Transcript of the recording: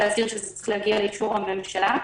זה צריך להגיע לאישור הממשלה.